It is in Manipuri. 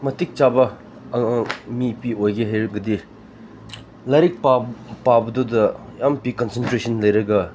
ꯃꯇꯤꯛ ꯆꯥꯕ ꯑꯉꯥꯡ ꯑꯣꯏꯒꯦ ꯍꯥꯏꯔꯕꯗꯤ ꯂꯥꯏꯔꯤꯛ ꯄꯥꯕꯗꯨꯗ ꯌꯥꯝ ꯄꯤ ꯀꯟꯁꯦꯟꯇ꯭ꯔꯦꯁꯟ ꯂꯩꯔꯒ